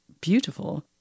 beautiful